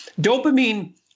Dopamine